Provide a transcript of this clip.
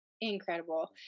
incredible